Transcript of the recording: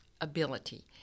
ability